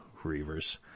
Reavers